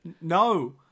No